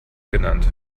genannt